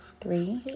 three